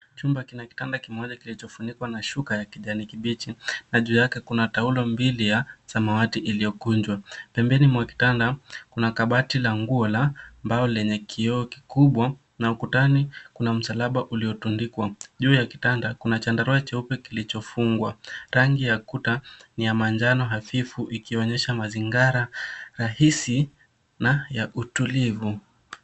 Chumba kina kitanda kimoja kilichofunikuwa na shuka ya kijani kibichi na juu yake kuna taulu mbili ya samawati iliokunjwa. Pembini mwa kitanda, kuna kabati la nguo la mbao lenye kioo kikubwa na ukutani kuna msalaba uliotundikwa. Juu ya kitanda, kuna chandaroe chiope kilichofungwa. rangi ya kuta ni ya manjano hafifu ikiwanyesha mazingira rahisi na ya utulivu.